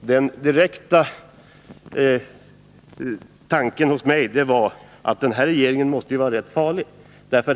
Den direkta tanken hos mig blir då: Den här regeringen måste vara rätt farlig.